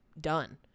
done